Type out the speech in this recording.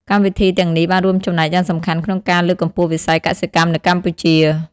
កម្មវិធីទាំងនេះបានរួមចំណែកយ៉ាងសំខាន់ក្នុងការលើកកម្ពស់វិស័យកសិកម្មនៅកម្ពុជា។